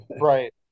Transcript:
Right